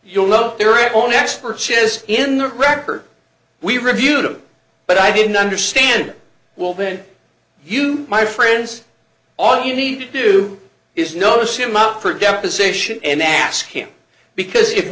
your love their only expert chip is in the record we review them but i didn't understand it well then you my friends all you need to do is notice him up for deposition and ask him because if